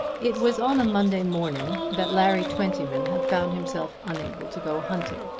it was on a monday morning that larry twentyman had found himself unable to go hunting.